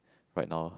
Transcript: right now